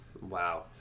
Wow